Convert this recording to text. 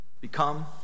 become